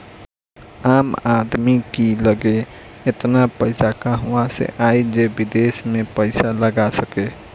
आम आदमी की लगे एतना पईसा कहवा से आई जे विदेश में पईसा लगा सके